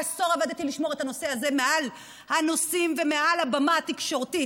עשור עבדתי לשמור את הנושא הזה מעל הנושאים ומעל הבמה התקשורתית,